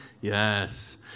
Yes